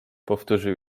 powtórzył